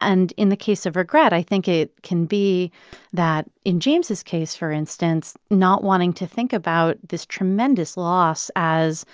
and in the case of regret, i think it can be that, in james's case, for instance, not wanting to think about this tremendous loss as